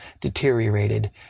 deteriorated